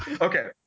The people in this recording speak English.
Okay